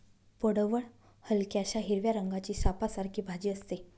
पडवळ हलक्याशा हिरव्या रंगाची सापासारखी भाजी असते